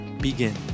begin